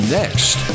next